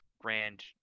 grand